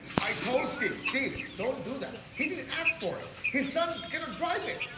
i told steve, steve, don't do that. he didn't ask for it. his son cannot drive it.